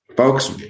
Folks